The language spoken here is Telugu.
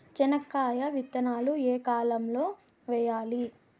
చెనక్కాయ విత్తనాలు ఏ కాలం లో వేయాలి?